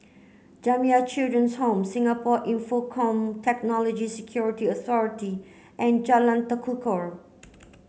Jamiyah Children's Home Singapore Infocomm Technology Security Authority and Jalan Tekukor